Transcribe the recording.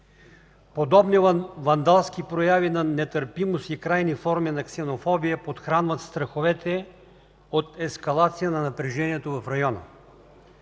Подобни вандалски прояви на нетърпимост и крайни форми на ксенофобия подхранват страховете от ескалация на напрежението в района.